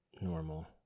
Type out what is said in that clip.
normal